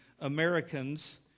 Americans